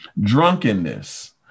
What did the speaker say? drunkenness